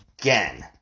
Again